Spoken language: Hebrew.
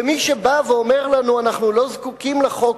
מי שבא ואומר לנו: אנחנו לא זקוקים לחוק.